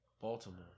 Baltimore